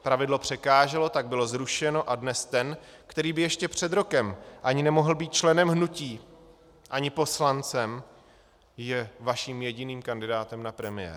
Pravidlo překáželo, tak bylo zrušeno a dnes ten, který by ještě před rokem ani nemohl být členem hnutí ani poslancem, je vaším jediným kandidátem na premiéra.